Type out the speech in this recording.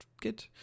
good